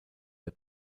der